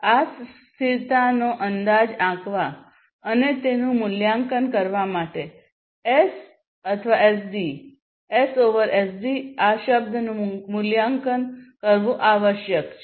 આ સ્થિરતાનો અંદાજ આંકવા અને તેનું મૂલ્યાંકન કરવા માટે SSD એસ ઓવર એસડી આ શબ્દનું મૂલ્યાંકન કરવું આવશ્યક છે